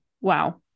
Wow